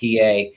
pa